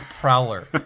Prowler